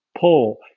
pull